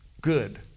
good